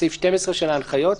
סעיף 12 של ההנחיות?